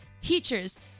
teachers